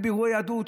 בבירורי יהדות,